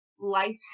life